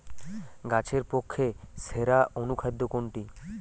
গাছের পক্ষে সেরা অনুখাদ্য কোনটি?